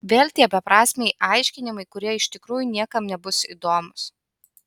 vėl tie beprasmiai aiškinimai kurie iš tikrųjų niekam nebus įdomūs